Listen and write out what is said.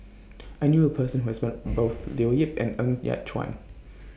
I knew A Person Who has Met Both Leo Yip and Ng Yat Chuan